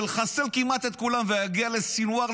ולחסל כמעט את כולם ולהגיע לסנוואר,